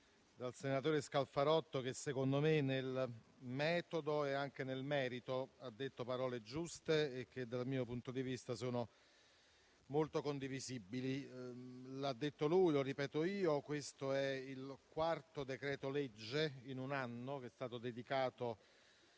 dal senatore Scalfarotto che, secondo me, nel metodo e anche nel merito ha detto parole giuste, che dal mio punto di vista sono molto condivisibili. Come ha detto lui e ripeto io, questo è il quarto decreto-legge in un anno dedicato